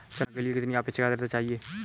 चना के लिए कितनी आपेक्षिक आद्रता चाहिए?